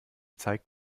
zeigt